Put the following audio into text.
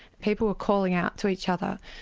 people were calling out to each other,